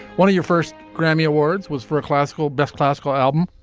one of your first grammy awards was for a classical best classical album